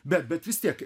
bet bet vis tiek